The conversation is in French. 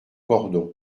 cordon